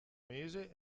mese